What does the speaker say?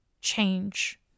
change